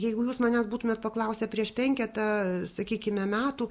jeigu jūs manęs būtumėt paklausę prieš penketą sakykime metų